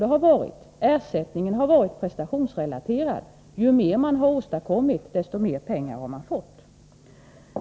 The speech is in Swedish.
Ersättningen har varit prestationsrelaterad — ju mer man har åstadkommit, desto mer pengar har man fått.